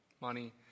money